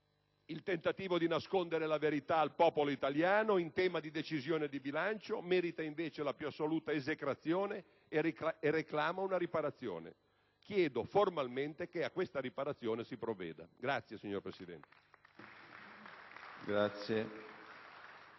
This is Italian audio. un tentativo di nascondere la verità al popolo italiano in tema di decisioni di bilancio, merita la più assoluta esecrazione e reclama una riparazione. Chiedo formalmente che a questa riparazione si provveda. *(Applausi dai Gruppi PD e